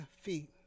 feet